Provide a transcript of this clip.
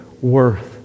worth